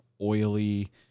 oily